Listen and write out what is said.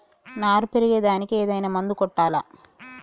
నారు పెరిగే దానికి ఏదైనా మందు కొట్టాలా?